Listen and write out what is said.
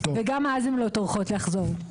וגם אז הם לא טורחים לחזור.